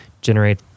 generate